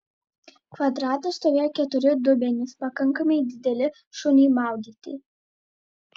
kvadrate stovėjo keturi dubenys pakankamai dideli šuniui maudyti